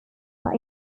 are